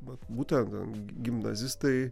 vat būtent gimnazistai